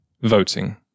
voting